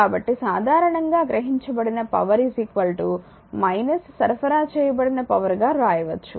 కాబట్టి సాధారణంగా గ్రహించబడిన పవర్ సరఫరా చేయబడిన పవర్ గా వ్రాయవచ్చు